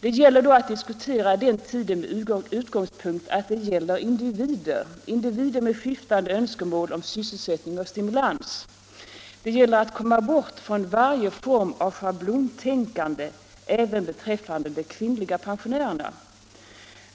Det gäller då att diskutera den tiden med utgångspunkt i att det gäller individer, individer med skiftande önskemål om sysselsättning och stimulans. Det gäller att komma bort från varje form av schablontänkande även beträffande de kvinnliga pensionärerna.